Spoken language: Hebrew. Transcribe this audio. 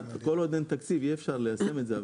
כל עוד אין תקציב אי אפשר ליישם את זה.